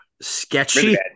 sketchy